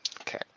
okay